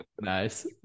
nice